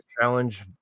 challenge